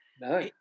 No